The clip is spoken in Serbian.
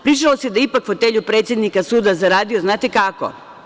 Pričalo se da je ipak fotelju predsednika suda zaradio, znate kako?